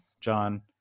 John